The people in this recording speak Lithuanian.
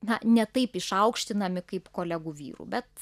na ne taip išaukštinami kaip kolegų vyrų bet